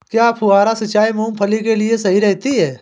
क्या फुहारा सिंचाई मूंगफली के लिए सही रहती है?